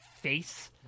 face